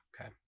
Okay